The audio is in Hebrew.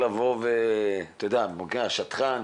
זה בהחלט עוד גורם ועוד רכיב תקצוב שקיים ומסייע לצהרון.